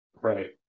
Right